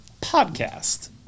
Podcast